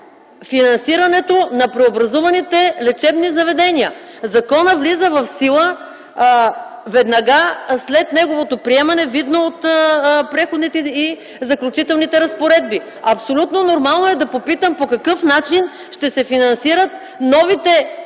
финансирането на преобразуваните лечебни заведения. Законът влиза в сила веднага след неговото приемане, видно от Преходните и заключителните разпоредби. Абсолютно нормално е да попитам по какъв начин ще се финансират новите